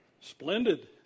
splendid